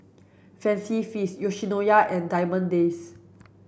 Fancy Feast Yoshinoya and Diamond Days